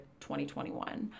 2021